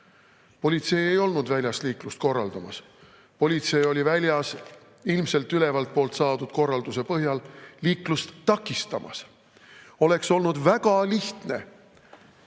Politsei ei olnud väljast liiklust korraldamas. Politsei oli väljas ilmselt ülevalt poolt saadud korralduse põhjal liiklust takistamas. Oleks olnud väga lihtne